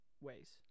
ways